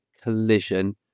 collision